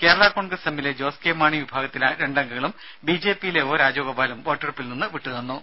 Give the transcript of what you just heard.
കേരള കോൺഗ്രസ് എമ്മിലെ ജോസ് കെ മാണി വിഭാഗത്തിലെ രണ്ടംഗങ്ങളും ബി ജെ പിയിലെ ഒ രാജഗോപാലും വോട്ടെടുപ്പിൽ നിന്ന് വിട്ടുനിന്നു